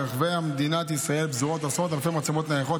ברחבי מדינת ישראל פזורות עשרות אלפי מצלמות נייחות,